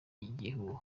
igihuha